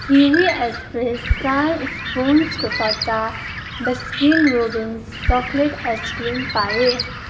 kiwi Express sign स्पोन्जको सट्टा Baskin Robbins chocolate ice cream पाएँ